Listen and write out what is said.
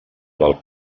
del